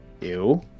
Ew